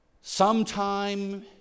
Sometime